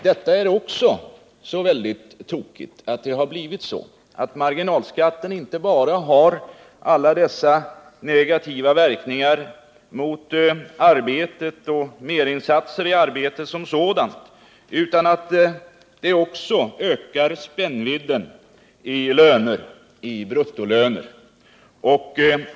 Det är tokigt att det blivit så att marginalskatten inte bara har alla dessa negativa verkningar mot arbetet och merinsatser i arbetet som sådant, utan det har också ökat spännvidden i bruttolöner.